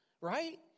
right